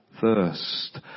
thirst